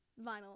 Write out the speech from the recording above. vinyl